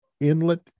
inlet